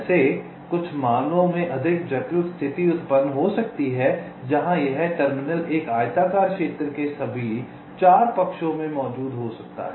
वैसे कुछ मामलों में अधिक जटिल स्थिति उत्पन्न हो सकती है जहां यह टर्मिनल एक आयताकार क्षेत्र के सभी 4 पक्षों में मौजूद हो सकता है